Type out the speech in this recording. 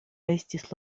estis